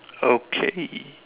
okay